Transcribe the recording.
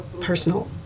personal